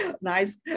nice